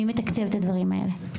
מי מתקצב את הדברים האלה?